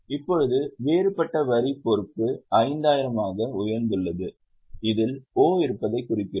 இப்போது வேறுபட்ட வரி பொறுப்பு 5000 ஆக உயர்ந்துள்ளது அதில் O இருப்பதைக் குறித்திருக்கிறோம்